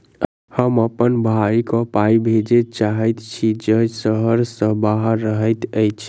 हम अप्पन भयई केँ पाई भेजे चाहइत छि जे सहर सँ बाहर रहइत अछि